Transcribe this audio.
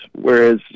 whereas